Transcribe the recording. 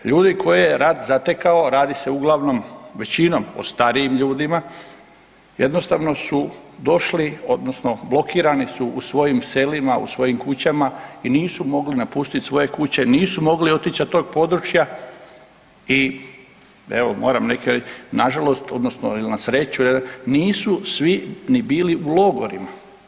Ljudi koje je rat zatekao radi se uglavnom, većinom o starijim ljudima jednostavno su došli odnosno blokirani su u svojim selima, u svojim kućama i nisu mogli napustiti svoje kuće, nisu mogli otići sa tog područja i evo moram neke reći nažalost odnosno na sreću jel nisu svi ni bili u logorima.